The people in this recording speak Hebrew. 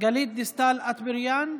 גלית דיסטל אטבריאן,